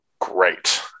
great